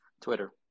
Twitter